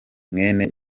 mwene